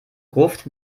gruft